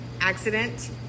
accident